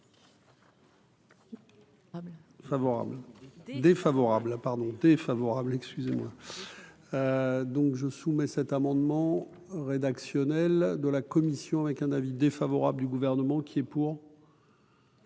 Favorable ou défavorable à pardon défavorable, excusez-moi, donc je soumets cet amendement rédactionnel de la Commission, avec un avis défavorable du gouvernement qui est pour.